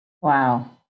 Wow